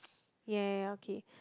ya okay